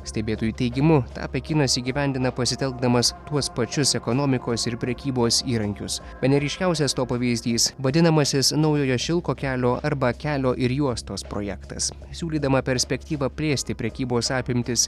stebėtojų teigimu tą pekinas įgyvendina pasitelkdamas tuos pačius ekonomikos ir prekybos įrankius bene ryškiausias to pavyzdys vadinamasis naujojo šilko kelio arba kelio ir juostos projektas siūlydama perspektyvą plėsti prekybos apimtis